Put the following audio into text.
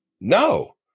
No